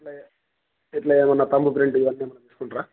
ఇట్లా ఇట్లా ఏమన్నా తమ్బ ప్రింట్ ఇవన్నీ ఏమన్నా తీసుంటరాా